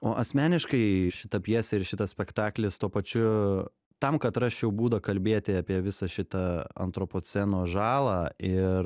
o asmeniškai šita pjesė ir šitas spektaklis tuo pačiu tam kad rasčiau būdą kalbėti apie visą šitą antropoceno žalą ir